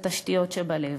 לתשתיות שבלב.